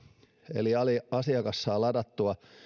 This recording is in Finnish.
eli asiakas saa ladattua